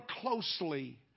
closely